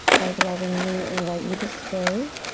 i'd lovingly invite you to stay.